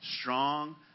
strong